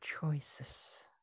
choices